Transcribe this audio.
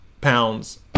pounds